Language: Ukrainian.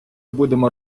будемо